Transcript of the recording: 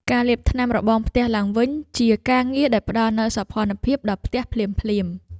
ការលាបថ្នាំរបងផ្ទះឡើងវិញ ជាការងារដែលផ្តល់នូវសោភ័ណភាពដល់ផ្ទះភ្លាមៗ។